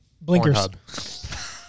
Blinkers